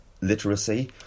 literacy